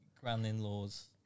grand-in-laws